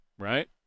Right